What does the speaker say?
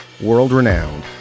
world-renowned